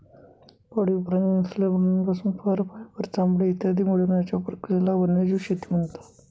पाळीव प्राणी नसलेल्या प्राण्यांपासून फर, फायबर, चामडे इत्यादी मिळवण्याच्या प्रक्रियेला वन्यजीव शेती म्हणतात